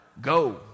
Go